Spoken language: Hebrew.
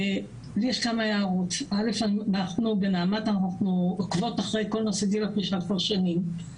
יש לי כמה הערות: אנו בנעמ"ת עוקבות אחרי כל נושא גיל הפרישה כבר שנים.